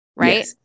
right